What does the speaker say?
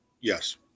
Yes